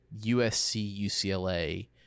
USC-UCLA